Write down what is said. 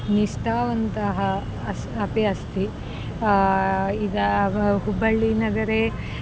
निष्ठावन्तः अस्ति अपि अस्ति इदानीं हुब्बळ्ळीनगरे